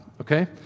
Okay